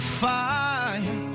fire